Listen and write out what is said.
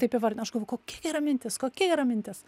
taip įvardino aš galvoju kokia gera mintis kokia yra mintis